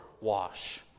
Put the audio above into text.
wash